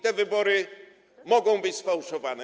Te wybory mogą być sfałszowane.